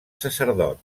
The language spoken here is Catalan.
sacerdot